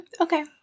Okay